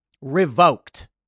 Revoked